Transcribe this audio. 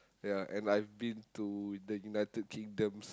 ya and I've been to the United-Kingdom